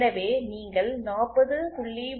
எனவே நீங்கள் 40